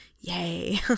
Yay